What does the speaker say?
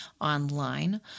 online